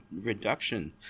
reduction